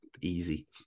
easy